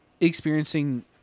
experiencing